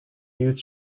used